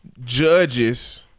judges